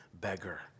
beggar